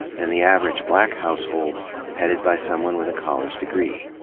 than the average black household headed by someone with a college degree.